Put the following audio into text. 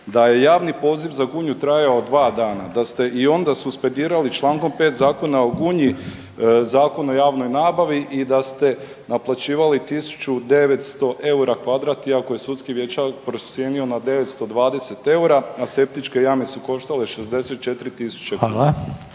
Da je javni poziv za Gunju trajao 2 dana, da ste i onda suspendirali čl. 5 zakona o Gunji Zakon o javnoj nabavi i da ste naplaćivali 1900 eura kvadrat iako je sudski vještak procijenio na 920 eura, a septičke jame su koštale 64 tisuće kuna.